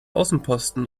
außenposten